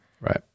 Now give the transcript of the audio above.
Right